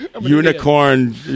unicorn